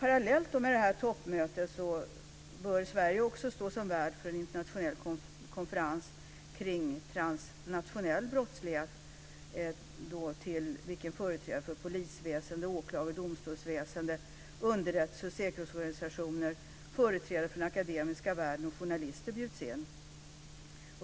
Parallellt med detta toppmöte bör Sverige också stå som värd för en internationell konferens om transnationell brottslighet till vilken företrädare för polisväsende, åklagar och domstolsväsende, underrättelse och säkerhetsorganisationer, företrädare från den akademiska världen och journalister bjuds in.